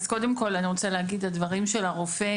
לגבי דברי הרופא